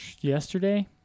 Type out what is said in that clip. yesterday